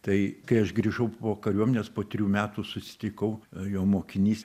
tai kai aš grįžau po kariuomenės po trijų metų susitikau jo mokinys